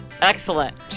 excellent